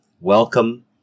Welcome